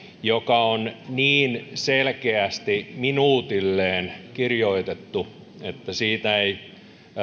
joka on niin selkeästi minuutilleen kirjoitettu että siitä ei